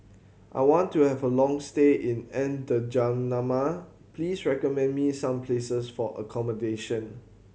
I want to have a long stay in N'Djamena please recommend me some places for accommodation